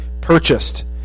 purchased